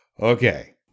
okay